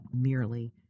merely